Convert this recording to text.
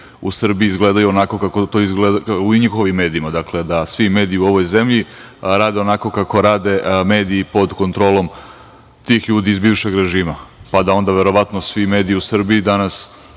u Srbiji izgledaju onako kako to izgleda u njihovim medijima. Dakle, da svi mediji u ovoj zemlji rade onako kako rade mediji pod kontrolom tih ljudi iz bivšeg režima, pa da onda verovatno svi mediji u Srbiji danas